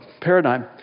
paradigm